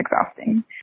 exhausting